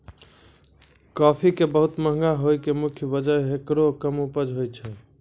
काफी के बहुत महंगा होय के मुख्य वजह हेकरो कम उपज होय छै